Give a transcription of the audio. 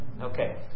Okay